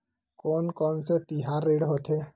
कोन कौन से तिहार ऋण होथे?